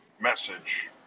message